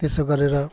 त्यसो गरेर